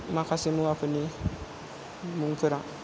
माखासे मुवाफोरनि मुंफोरा